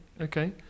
okay